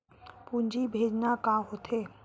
पूंजी भेजना का होथे?